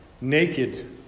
naked